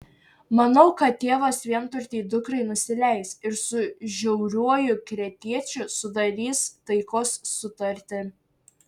manau kad tėvas vienturtei dukrai nusileis ir su žiauriuoju kretiečiu sudarys taikos sutartį